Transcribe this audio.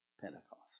Pentecost